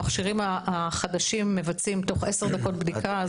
המכשירים החדשים מבצעים תוך עשר דקות בדיקה,